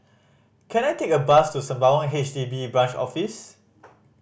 can I take a bus to Sembawang H D B Branch Office